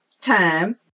time